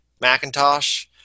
Macintosh